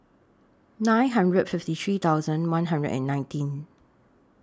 nine hundred fifty three thousand one hundred and nineteen